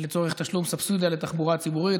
לצורך תשלום סובסידיה לתחבורה הציבורית.